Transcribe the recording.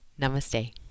Namaste